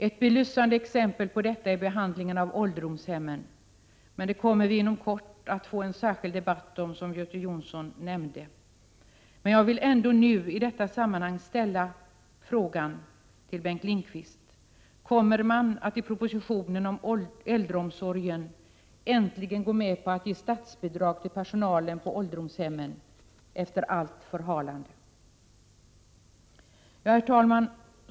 Ett belysande exempel på detta utgör behandlingen av ålderdomshemmen. Men det kommer vi inom kort att få en särskild debatt om, som Göte Jonsson nämnde. Jag vill ändå i detta sammanhang ställa frågan till Bengt Lindqvist: Kommer man i propositionen om äldreomsorgen att äntligen gå med på att ge statsbidrag till personalen på ålderdomshem efter allt förhalande? Fru talman!